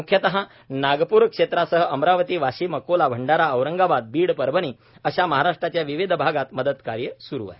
मूख्यतः नागपूर क्षेत्रासह अमरावती वाशीम अकोला भंडारा औरंगाबाद बीड परभणी अशा महाराष्ट्राच्या विविध भागात मदतकार्य सुरू आहे